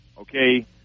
Okay